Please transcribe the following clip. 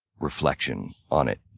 reflection on it,